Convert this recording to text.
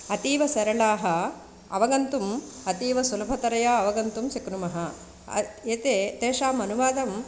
अतीवसरलाः अवगन्तुम् अतीवसुलभतरया अवगन्तुं शक्नुमः एते तेषाम् अनुवादं